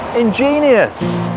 ingenious!